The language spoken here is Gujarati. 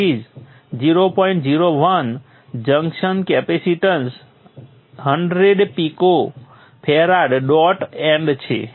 01 junction capacitance 100 pf dot and છે